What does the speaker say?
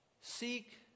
seek